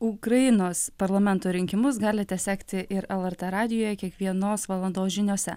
ukrainos parlamento rinkimus galite sekti ir lrt radijuje kiekvienos valandos žiniose